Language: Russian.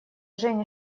женя